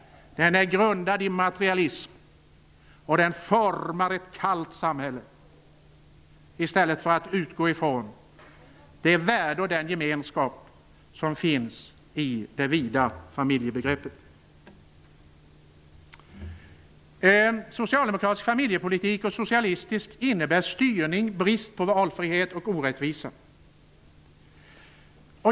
Den är grundad i materialism, och den formar ett kallt samhälle i stället för att utgå från det värde och den gemenskap som finns i det vida familjebegreppet. Socialdemokratisk och socialistisk familjepolitik innebär styrning, brist på valfrihet och orättvisa.